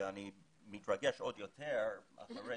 אני מתרגש עוד יותר אחרי